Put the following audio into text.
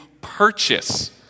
purchase